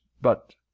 but—